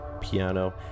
piano